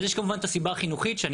אז יש כמובן את הסיבה החינוכית שאני